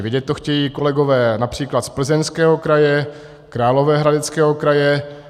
Vědět to chtějí kolegové například z Plzeňského kraje, Královéhradeckého kraje.